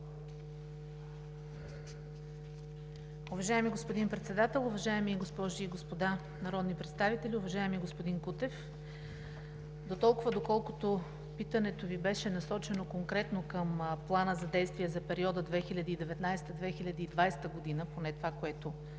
Уважаеми господин Председател, уважаеми госпожи и господа народни представители! Уважаеми господин Кутев, дотолкова, доколкото питането Ви беше насочено конкретно към Плана за действие за периода 2019 – 2020 г. – поне това, което